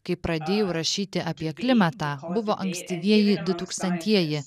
kai pradėjau rašyti apie klimatą buvo ankstyvieji dutūkstantieji